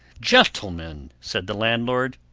gentlemen, said the landlord,